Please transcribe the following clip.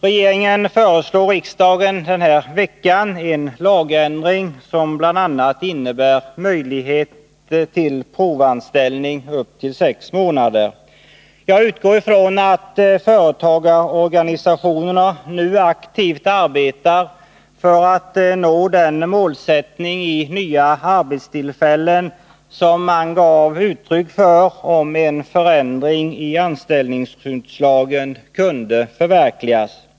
Regeringen föreslår riksdagen den här veckan en lagändring som bl.a. innebär möjlighet till provanställning upp till sex månader. Jag utgår ifrån att företagarorganisationerna nu aktivt arbetar för att nå det antal nya arbetstillfällen som man pekade på som möjligt, om en förändring av anställningsskyddslagen kunde förverkligas.